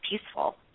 peaceful